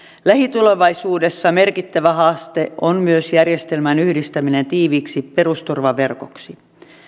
lähitulevaisuudessa merkittävä haaste on myös järjestelmän yhdistäminen tiiviiksi perusturvaverkoksi